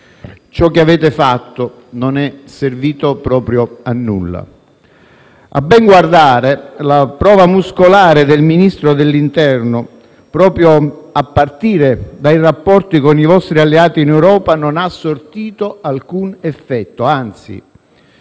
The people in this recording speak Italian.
Ciò che avete fatto non è servito proprio a nulla. A ben guardare, la prova muscolare del Ministro dell'interno, proprio a partire dai rapporti con i vostri alleati in Europa, non ha sortito alcun effetto,